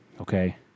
okay